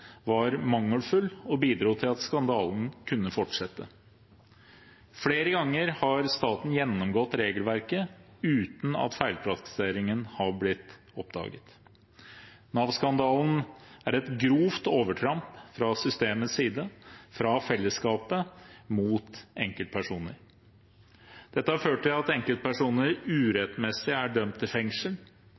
var mangelfull og bidro til at skandalen kunne fortsette. Flere ganger har staten gjennomgått regelverket uten at feilpraktiseringen har blitt oppdaget. Nav-skandalen er et grovt overtramp fra systemets side, fra fellesskapet mot enkeltpersoner. Dette har ført til at enkeltpersoner urettmessig er dømt til fengsel,